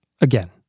again